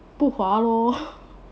不划 lor